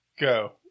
Go